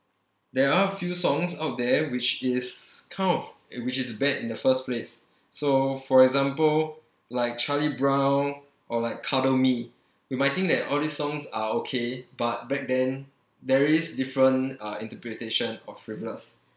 there are a few songs out there which is kind of it which is bad in the first place so for example like charlie brown or like cuddle me we might think that all these songs are okay but back then there is different uh interpretation of frivolous